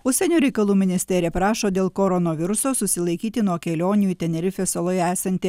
užsienio reikalų ministerija prašo dėl koronaviruso susilaikyti nuo kelionių į tenerifės saloje esantį